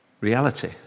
reality